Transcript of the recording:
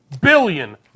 billion